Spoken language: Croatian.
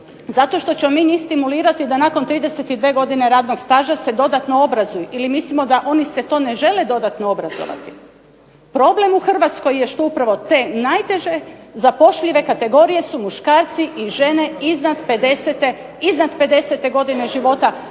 zato što ćemo mi njih stimulirati da nakon 32 godine radnog staža se dodatno obrazuju ili mislimo da se oni ne žele dodatno obrazovati. Problem u Hrvatskoj je što upravo te najteže zapošljive kategorije su muškarci i žene iznad 50. godine života,